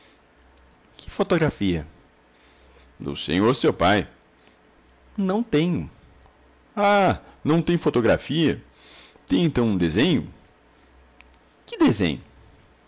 fotografia do senhor seu pai não tenho ah não tem fotografia tem então um desenho que desenho